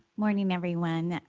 morning everyone.